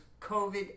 COVID